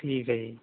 ਠੀਕ ਹੈ ਜੀ